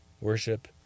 worship